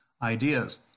Ideas